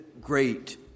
great